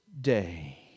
Day